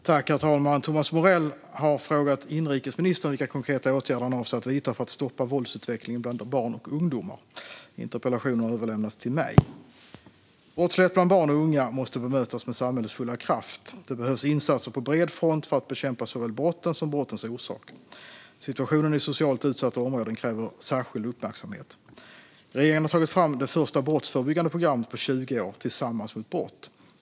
Herr talman! Thomas Morell har frågat inrikesministern vilka konkreta åtgärder han avser att vidta för att stoppa våldsutvecklingen bland barn och ungdomar. Interpellationen har överlämnats till mig. Brottslighet bland barn och unga måste bemötas med samhällets fulla kraft. Det behövs insatser på bred front för att bekämpa såväl brotten som brottens orsaker. Situationen i socialt utsatta områden kräver särskild uppmärksamhet. Regeringen har tagit fram det första brottsförebyggande programmet på 20 år, Tillsammans mot brott.